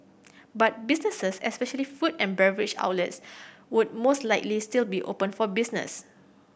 but businesses especially food and beverage outlets would most likely still be open for business